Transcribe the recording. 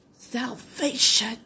salvation